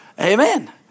Amen